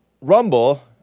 Rumble